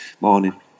morning